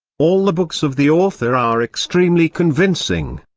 all the books of the author are extremely convincing.